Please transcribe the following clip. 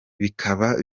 bikaba